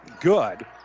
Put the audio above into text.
good